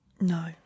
No